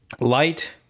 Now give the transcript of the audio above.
light